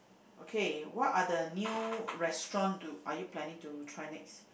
okay what are the new restaurant do are you planning to try next